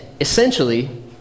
Essentially